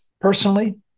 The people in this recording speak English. personally